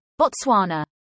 Botswana